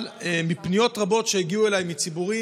מפניות רבות שהגיעו אליי מהציבור,